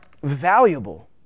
valuable